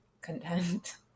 content